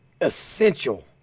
essential